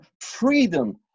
freedom